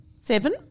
Seven